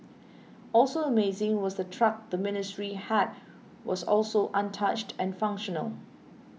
also amazing was the truck the Ministry had was also untouched and functional